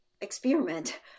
experiment